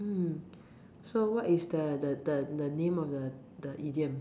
mm so what is the the the the name of the the idiom